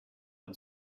and